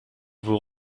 vous